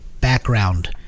background